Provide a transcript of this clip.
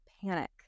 panic